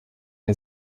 der